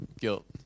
guilt